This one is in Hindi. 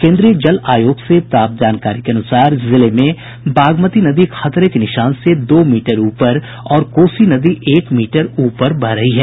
केन्द्रीय जल आयोग से प्राप्त जानकारी के अनुसार जिले में बागमती नदी खतरे के निशान से दो मीटर ऊपर और कोसी नदी एक मीटर ऊपर बह रही है